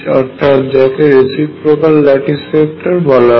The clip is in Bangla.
অর্থাৎ যাকে রেসিপ্রোকাল ল্যাটিস ভেক্টর বলা হয়